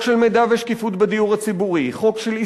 חוק של מידע ושקיפות בדיור הציבורי,